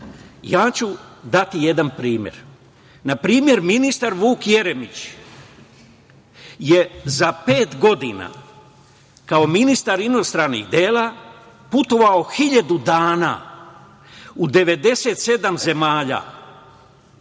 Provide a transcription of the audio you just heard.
ja ću dati jedan primer. Na primer, ministar Vuk Jeremić je za pet godina kao ministar inostranih dela putovao hiljadu dana u 97 zemalja.